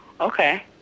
okay